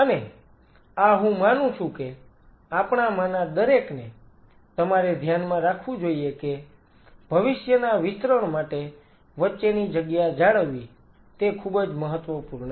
અને આ હું માનું છું કે આપણામાંના દરેકને તમારે ધ્યાનમાં રાખવું જોઈએ કે ભવિષ્યના વિસ્તરણ માટે વચ્ચેની જગ્યા જાળવવી તે ખૂબ જ મહત્વપૂર્ણ છે